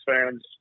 fans